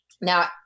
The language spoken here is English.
Now